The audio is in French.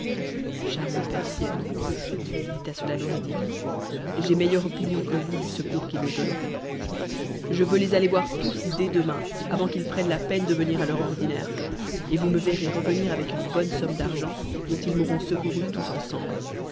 persienne dit à cela noureddin j'ai meilleure opinion uc vous du secours qu'ils me donneront je veux les aller voir tous dès demain avant qu'ils prennent la peine de venir à leur ordinaire et vous me verrez revenir avec une bonne somme d'argent dont ils m'auront serouru tous ensemble